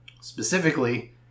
Specifically